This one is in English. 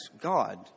God